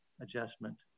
adjustment